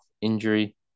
injury